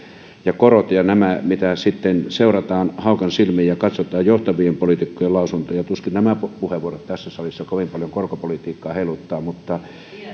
ja korot ja tämä mitä sitten seurataan haukan silmin ja mistä katsotaan johtavien poliitikkojen lausuntoja on psykologiaa ja luottamusta niin tuskin nämä puheenvuorot tässä salissa kovin paljon korkopolitiikkaa heiluttavat